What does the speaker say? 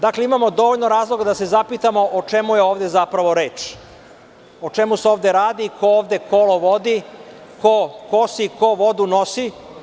Dakle, imamo dovoljno razloga da se zapitamo – o čemu je ovde zapravo reč, o čemu se ovde radi, ko ovde kolo vodi, ko kosi, ko vodu nosi?